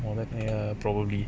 மொதகல்யாணம்:motha kalyanam probably